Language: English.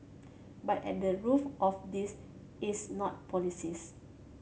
but at the roof of this is not policies